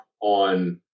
on